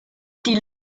die